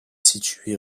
situé